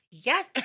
Yes